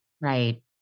Right